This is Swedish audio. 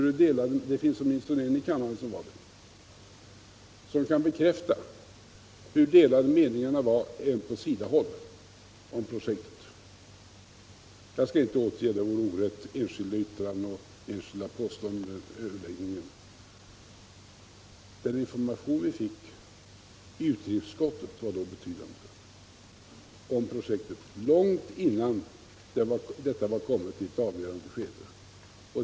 Det finns åtminstone ytterligare en i kammaren som var med och som kan bekräfta hur delade meningarna om projektet var även på SIDA-håll. Jag skall inte återge enskilda yttranden och påståenden under överläggningen. Den information vi fick i utrikesutskottet om projektet kom långt innan detta kommit till ett avgörande skede.